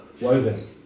woven